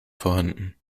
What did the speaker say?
vorhanden